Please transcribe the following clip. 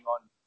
on